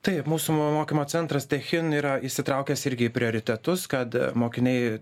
taip mūsų mokymo centras tech in yra įsitraukęs irgi į prioritetus kad mokiniai